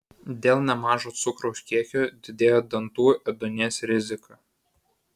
dėl nemažo cukraus kiekio didėja dantų ėduonies rizika